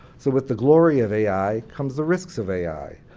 so with the glory of ai comes the risks of ai.